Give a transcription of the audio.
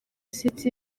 city